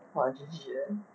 !wah! G_G eh